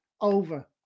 over